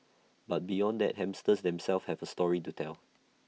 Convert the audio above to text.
but beyond that hamsters themselves have A story to tell